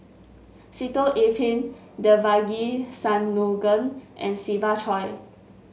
Sitoh Yih Pin Devagi Sanmugam and Siva Choy